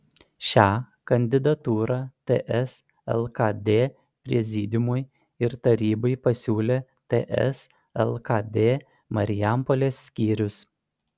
šią kandidatūrą ts lkd prezidiumui ir tarybai pasiūlė ts lkd marijampolės skyrius